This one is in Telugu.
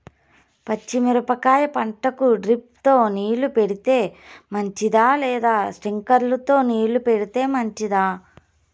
పచ్చి మిరపకాయ పంటకు డ్రిప్ తో నీళ్లు పెడితే మంచిదా లేదా స్ప్రింక్లర్లు తో నీళ్లు పెడితే మంచిదా?